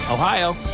Ohio